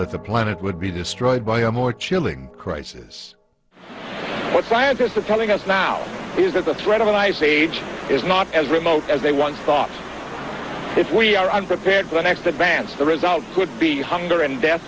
that the planet would be destroyed by a more chilling crisis what scientists are telling us now is that the threat of an ice age is not as remote as they once thought if we are i'm prepared for the next advance the result would be hunger and death